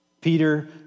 Peter